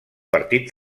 partit